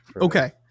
Okay